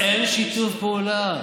אבל אין שיתוף פעולה.